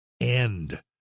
end